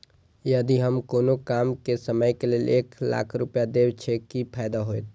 यदि हम कोनो कम समय के लेल एक लाख रुपए देब छै कि फायदा होयत?